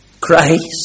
Christ